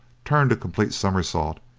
turned a complete somersault,